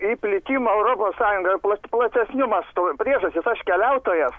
į plitimą europos sąjungoje plat platesniu mastu priežastys aš keliautojas